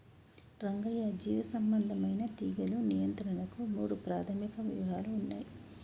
రంగయ్య జీవసంబంధమైన తీగలు నియంత్రణకు మూడు ప్రాధమిక వ్యూహాలు ఉన్నయి